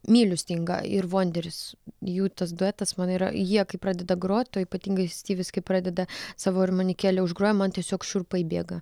myliu stingą ir vuonderis jų tas duetas man yra jie kai pradeda grot o ypatingai stivis kai pradeda savo armonikėle užgroja man tiesiog šiurpai bėga